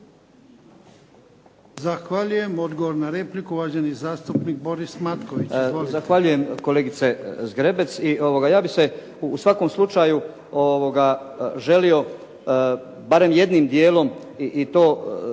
Zahvaljujem. Odgovor na repliku, uvaženi zastupnik Boris Matković. Izvolite. **Matković, Borislav (HDZ)** Zahvaljujem kolegice Zgrebec i ja bih se u svakom slučaju želio barem jednim dijelom i to